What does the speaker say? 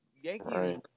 Yankees